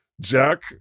Jack